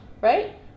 right